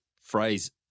phrase